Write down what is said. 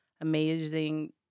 amazing